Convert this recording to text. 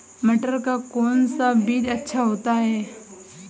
मटर का कौन सा बीज अच्छा होता हैं?